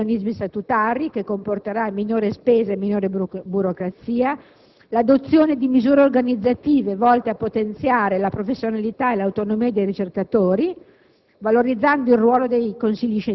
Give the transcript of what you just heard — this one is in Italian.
la riduzione del numero dei componenti gli organismi statutari, che comporterà minore spesa e minore burocrazia; l'adozione di misure organizzative volte a potenziare la professionalità e l'autonomia dei ricercatori,